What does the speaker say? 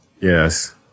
Yes